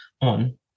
on